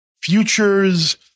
futures